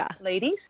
ladies